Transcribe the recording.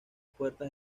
puertas